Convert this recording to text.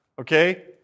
Okay